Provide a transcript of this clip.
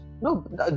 no